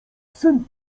syn